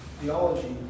theology